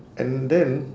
and then